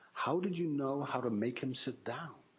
how did you know how to make him sit down?